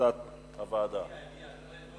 החלטת הוועדה.